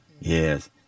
yes